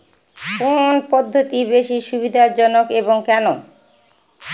কোন পদ্ধতি বেশি সুবিধাজনক এবং কেন?